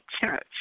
church